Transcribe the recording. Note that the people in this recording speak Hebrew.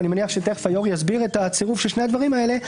ואני מניח שתיכף היושב-ראש יסביר את הצירוף של שני הדברים האלה.